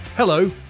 Hello